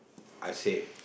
I'll say